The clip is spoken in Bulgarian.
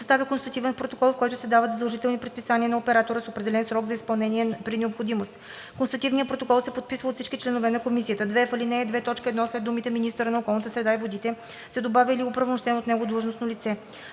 съставя констативен протокол, в който се дават задължителни предписания на оператора с определен срок за изпълнение при необходимост. Констативният протокол се подписва от всички членове на комисията.“ 2. В ал. 2, т. 1 след думите „министъра на околната среда и водите“ се добавя „или до оправомощено от него длъжностно лице“.“